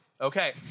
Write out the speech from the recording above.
Okay